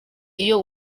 iyo